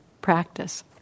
practice